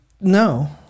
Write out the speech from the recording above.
No